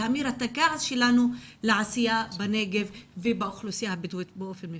להמיר את הכעס שלנו לעשייה בנגב ובאוכלוסייה הבדואית באופן מפורט.